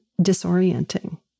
disorienting